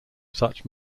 such